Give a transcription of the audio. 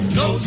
no